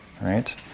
right